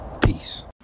Peace